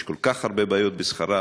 יש כל כך הרבה בעיות בשכרם,